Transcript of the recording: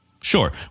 Sure